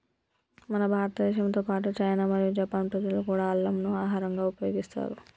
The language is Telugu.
మన భారతదేశంతో పాటు చైనా మరియు జపాన్ ప్రజలు కూడా అల్లంను ఆహరంగా ఉపయోగిస్తారు